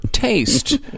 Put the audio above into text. taste